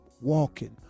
walking